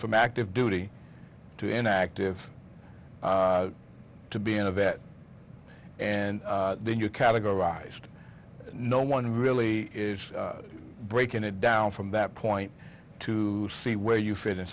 from active duty to inactive to being a vet and then you're categorized no one really is breaking it down from that point to see where you fit in